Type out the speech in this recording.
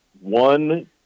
one